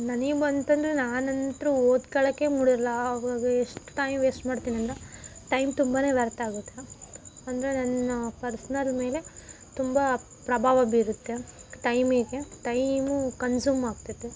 ನನಗೆ ಬಂತು ಅಂದರೆ ನಾನು ಅಂತೂ ಓದ್ಕೊಳಕ್ಕೆ ಮೂಡಿಲ್ಲ ಆವಾಗ ಎಷ್ಟು ಟೈಮ್ ವೇಸ್ಟ್ ಮಾಡ್ತೀನಿ ಅಂದರೆ ಟೈಮ್ ತುಂಬಾ ವ್ಯರ್ಥ ಆಗುತ್ತೆ ಅಂದರೆ ನನ್ನ ಪರ್ಸ್ನಲ್ ಮೇಲೆ ತುಂಬ ಪ್ರಭಾವ ಬೀರುತ್ತೆ ಟೈಮಿಗೆ ಟೈಮು ಕನ್ಸ್ಯೂಮ್ ಆಗ್ತದೆ